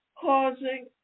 causing